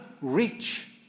rich